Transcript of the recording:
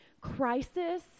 crisis